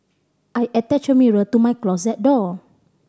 I attached a mirror to my closet door